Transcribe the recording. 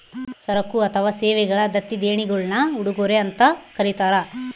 ಸರಕು ಅಥವಾ ಸೇವೆಗಳ ದತ್ತಿ ದೇಣಿಗೆಗುಳ್ನ ಉಡುಗೊರೆ ಅಂತ ಕರೀತಾರ